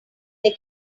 they